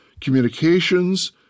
communications